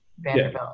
Vanderbilt